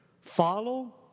follow